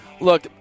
Look